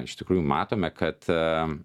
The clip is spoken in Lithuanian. iš tikrųjų matome kad